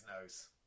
nose